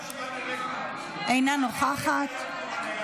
אינה נוכחת.